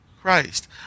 Christ